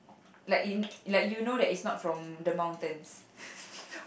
like in like you know that it's not from the mountains